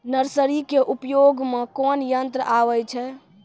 Nursery के उपयोग मे कोन यंत्र आबै छै?